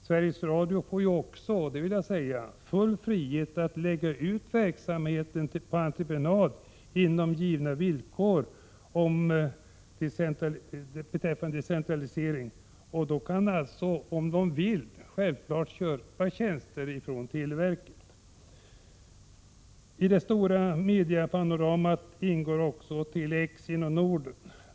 Sveriges Radio får också — det vill jag säga — full frihet att lägga ut verksamheten på entreprenad inom givna villkor beträffande decentralisering. Man kan då om man vill självfallet köpa tjänster från televerket. I det stora mediapanoramat ingår också Tele-X inom Norden.